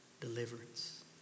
Deliverance